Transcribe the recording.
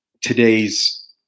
today's